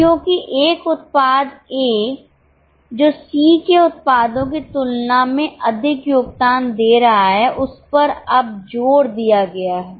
क्योंकि एक उत्पाद A जो C के उत्पादों की तुलना में अधिक योगदान दे रहा है उस पर अब जोर दिया गया है